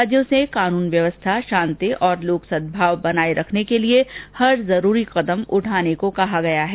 राज्यों से कानून व्यवस्था शांति और लोक सदभाव बनाए रखने के लिए हर जरूरी कदम उठाने को कहा गया है